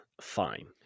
fine